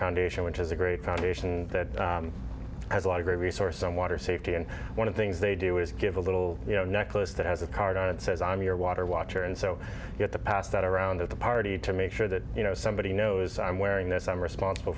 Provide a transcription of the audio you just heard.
foundation which is a great foundation that has a lot of great resource some water safety and one of things they do is give a little you know necklace that has a card on it says i'm your water watcher and so get the pass that around at the party to make sure that you know somebody knows i'm wearing this i'm responsible